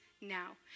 now